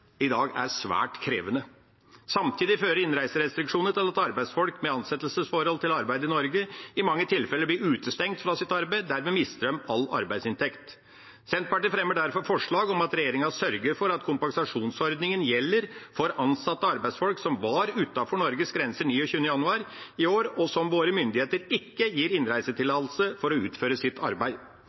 i dag er svært krevende. Samtidig fører innreiserestriksjonene til at arbeidsfolk med ansettelsesforhold til arbeid i Norge i mange tilfeller blir utestengt fra sitt arbeid. Dermed mister de all arbeidsinntekt. Senterpartiet fremmer derfor forslag om at regjeringa sørger for at kompensasjonsordningen gjelder for ansatte arbeidsfolk som var utenfor Norges grenser 29. januar i år, og som våre myndigheter ikke gir innreisetillatelse for å utføre sitt arbeid.